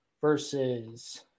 versus